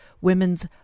women's